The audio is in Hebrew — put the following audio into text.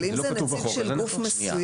אבל אם זה נציג של גוף מסוים,